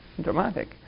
dramatic